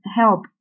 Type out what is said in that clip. help